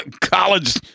college